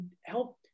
help